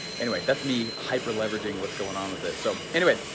anyway, that's me hyper leveraging what's going on with it. so anyway,